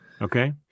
Okay